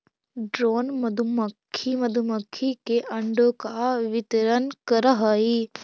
drone मधुमक्खी मधुमक्खी के अंडों का वितरण करअ हई